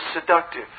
seductive